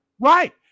Right